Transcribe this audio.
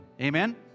Amen